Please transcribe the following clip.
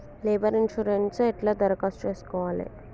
Labour insurance ఎట్ల దరఖాస్తు చేసుకోవాలే?